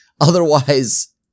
otherwise